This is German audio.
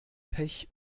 pech